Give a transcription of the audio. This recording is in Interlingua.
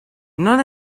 non